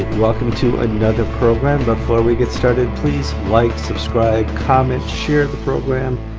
welcome to another program before we get started, please like subscribe, comment. share the program.